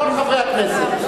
לכל חברי הכנסת.